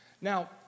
Now